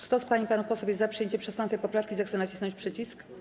Kto z pań i panów posłów jest za przyjęciem 16. poprawki, zechce nacisnąć przycisk.